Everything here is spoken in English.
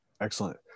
Excellent